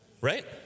right